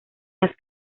las